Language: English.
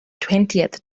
twentieth